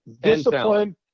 discipline